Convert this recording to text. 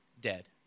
dead